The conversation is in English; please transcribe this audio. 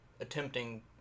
attempting